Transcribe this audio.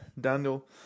daniel